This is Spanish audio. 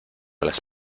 las